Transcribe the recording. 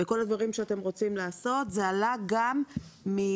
וכל הדברים שאתם רוצים לעשות זה עלה גם מאסא,